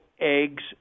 eggs